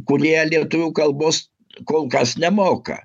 kurie lietuvių kalbos kol kas nemoka